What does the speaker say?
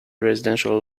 residential